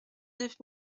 neuf